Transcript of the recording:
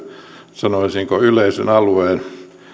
sanoisinko yleisen alueen